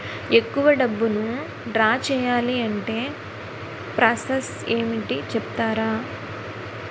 ఎక్కువ డబ్బును ద్రా చేయాలి అంటే ప్రాస సస్ ఏమిటో చెప్తారా?